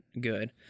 good